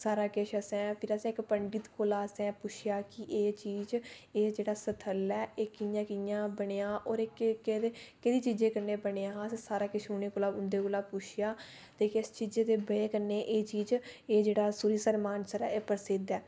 सारा किश असें असें इक पंडित कोला पुच्छेआ कि एह् चीज एह् जेह्ड़ा स्थल ऐ एह् कि'यां कि'यां बनेआ और एह् के केहदे केह्ड़ी चीजा कन्नै बनेआ सारे किश उनें कोला उंदे कोला पुच्छेआ ते किश चीजा दी बजह कन्नै एह् चीज एह् जेह्ड़ा सरूईंसर मानसर एह् प्रसिद्ध ऐ